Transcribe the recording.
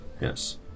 Yes